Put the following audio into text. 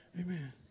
Amen